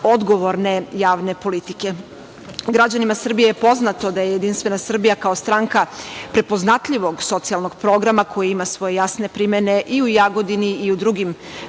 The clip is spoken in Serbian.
odgovorne javne politike. Građanima Srbije je poznato da JS, kao stranka prepoznatljivog socijalnog programa koji ima svoje jasne primene i u Jagodini i u drugim